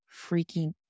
freaking